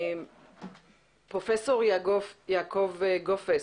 פרופ' יעקב גופס,